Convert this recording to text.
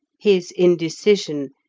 his indecision,